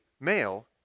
male